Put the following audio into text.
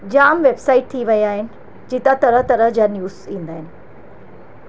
जामु वेबसाइट थी विया आहिनि जितां तरह तरह जा न्यूज़ ईंदा आहिनि